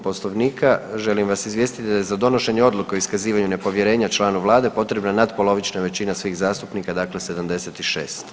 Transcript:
Poslovnika želim vas izvijestiti da je za donošenje odluke o iskazivanju nepovjerenja članu Vlade potrebna natpolovična većina svih zastupnika, dakle 76.